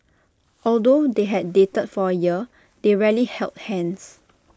although they had dated for A year they rarely held hands